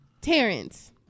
Terrence